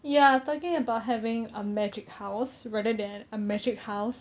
ya talking about having a magic house rather than a metric house